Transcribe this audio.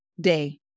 day